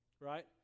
right